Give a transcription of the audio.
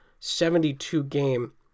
72-game